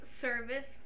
Service